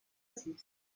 sis